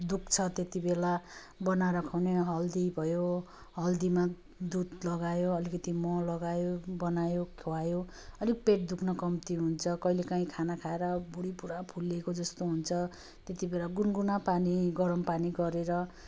दुख्छ त्यति बेला बनाएर खुवाउने हल्दी भयो हल्दीमा दुध लगायो अलिकति मह लगायो बनायो खुवायो अलिक पेट दुख्नु कम्ती हुन्छ कहिले काही खाना खाएर भुडी पुरा फुलिएको जस्तो हुन्छ त्यति बेला गुनगुना पानी गरम पानी गरेर